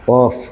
off